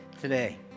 today